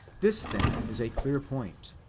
this, then, is a clear point,